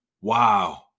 Wow